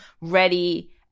ready